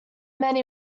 many